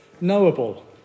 knowable